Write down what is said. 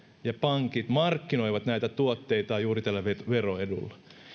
ja pankit markkinoivat näitä tuotteitaan juuri tällä veroedulla